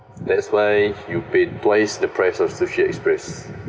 that's why you paid twice the price of sushi express